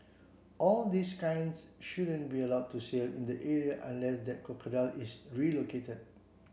all these kinds shouldn't be allowed to sail in the area unless that crocodile is relocated